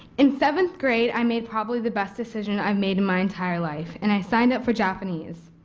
in seventh grade i made probably the best decision i've made in my entire life. and i signed up for japanese.